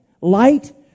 Light